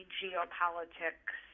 geopolitics